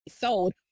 sold